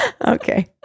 Okay